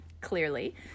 clearly